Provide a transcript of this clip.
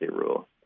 rule